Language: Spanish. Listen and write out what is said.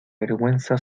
vergüenza